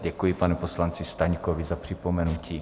Děkuji panu poslanci Staňkovi za připomenutí.